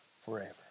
forever